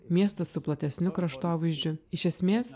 miestas su platesniu kraštovaizdžiu iš esmės